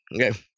Okay